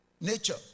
nature